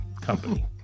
company